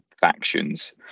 factions